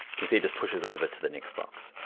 can see it just pushes over to the next box.